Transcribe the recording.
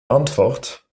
antwort